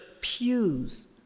pews